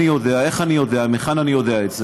מהיכן אני יודע את זה?